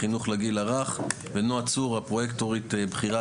לחינוך לגיל הרך ונועה צור פרוייקטורית בכירה,